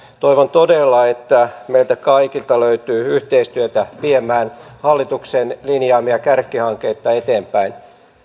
toivon todella että meiltä kaikilta löytyy yhteistyötä viemään hallituksen linjaamia kärkihankkeita eteenpäin